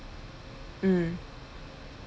mm